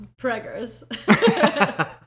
preggers